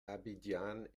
abidjan